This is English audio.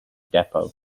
depot